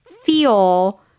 feel